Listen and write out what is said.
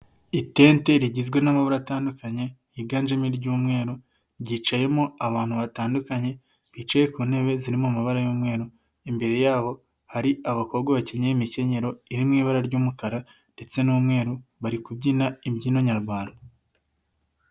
Itente rigizwe n'amabara atandukanye, yiganjemo iry'umweru, ryicayemo abantu batandukanye, bicaye ku ntebe zirimo mu amabara y'umweru, imbere yabo hari abakobwa bakenyeye imikenyero iri mu ibara ry'umukara ndetse n'umweru, bari kubyina imbyino nyarwanda.